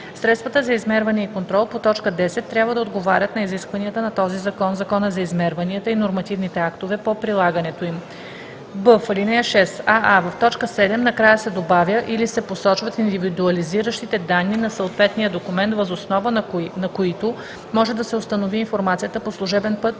средствата за измерване и контрол по т. 10 трябва да отговарят на изискванията на този закон, Закона за измерванията и нормативните актове по прилагането им.“; б) в ал. 6: аа) в т. 7 накрая се добавя „или се посочват индивидуализиращите данни на съответния документ, въз основа на които може да се установи информацията по служебен път,